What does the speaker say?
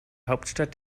hauptstadt